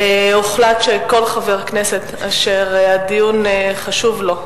הוחלט שכל חבר כנסת שהדיון חשוב לו,